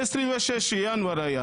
ב-26 בינואר היה,